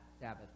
Sabbath